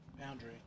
Boundary